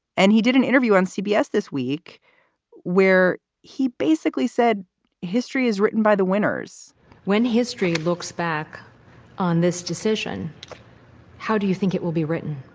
and he did an interview on cbs this week where he basically said history is written by the winners when history looks back on this decision how do you think it will be written?